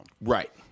right